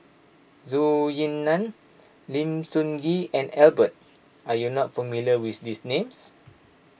Zhou Ying Nan Lim Sun Gee and Lambert are you not familiar with these names